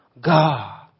God